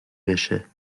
بشه